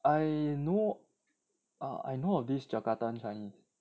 I know I know of this jakarta chinese